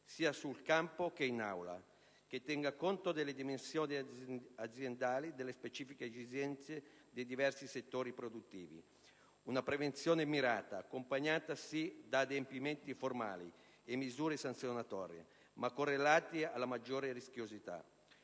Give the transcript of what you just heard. sia sul campo che in Aula, che tenga conto delle dimensioni aziendali e delle specifiche esigenze dei diversi settori produttivi: una prevenzione mirata, accompagnata, sì, da adempimenti formali e misure sanzionatorie, ma con una correlazione alla maggiore rischiosità.